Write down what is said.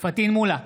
פטין מולא,